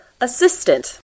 assistant